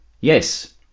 Yes